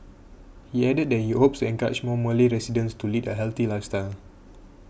he added that he hopes encourage more Malay residents to lead a healthy lifestyle